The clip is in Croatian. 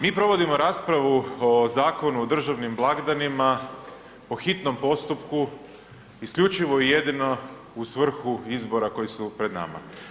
Mi provodimo raspravu o Zakonu o državnim blagdanima po hitnom postupku isključivo i jedino u svrhu izbora koji su pred nama.